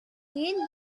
read